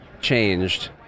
changed